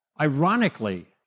Ironically